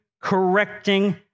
correcting